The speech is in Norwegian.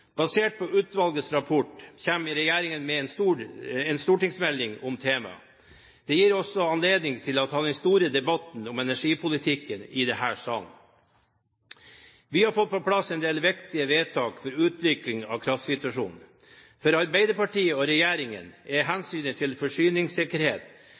Basert på utvalgets rapport kommer regjeringen med en stortingsmelding om temaet. Det gir oss anledning til å ta den store debatten om energipolitikken i denne salen. Vi har fått på plass en del viktige vedtak for utvikling av kraftsituasjonen. For Arbeiderpartiet og regjeringen er